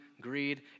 greed